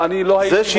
אני לא הייתי מודע,